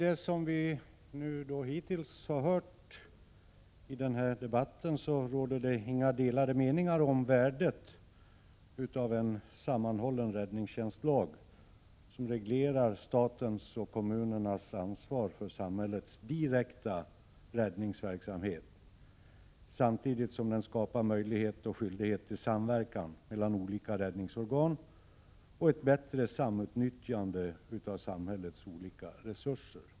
Att döma av det vi hittills hört i debatten råder det inga delade meningar om värdet av en sammanhållen räddningstjänstlag, som reglerar statens och kommunernas ansvar för samhällets direkta räddningsverksamhet samtidigt som den skapar möjlighet och skyldighet till samverkan mellan olika räddningsorgan och ett bättre samutnyttjande av samhällets olika resurser.